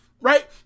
right